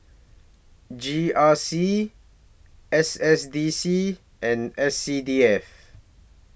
G R C S S D C and S C D F